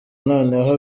noneho